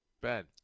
Ben